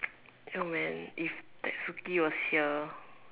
yo man if that hook key was here